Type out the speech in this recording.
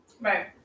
right